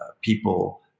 people